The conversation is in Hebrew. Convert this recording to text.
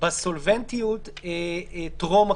בסולבנטיות טרום הקורונה.